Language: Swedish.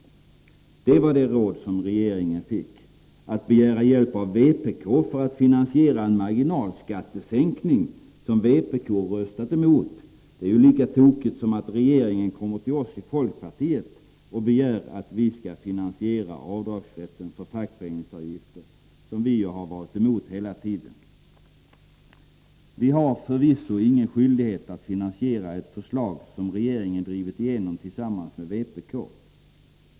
Det var det råd som regeringen fick. Att regeringen skulle begära hjälp av vpk för att finansiera en marginalskattesänkning som vpk röstat emot är lika tokigt som att regeringen skulle komma till oss i folkpartiet och begära att vi skall finansiera avdragsrätten för fackföreningsavgifter, som vi ju har varit emot hela tiden. Vi har förvisso ingen skyldighet att finansiera ett förslag som regeringen har drivit igenom tillsammans med vpk.